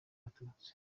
abatutsi